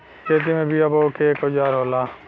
खेती में बिया बोये के एक औजार होला